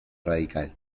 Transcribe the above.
radical